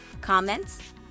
Comments